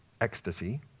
ecstasy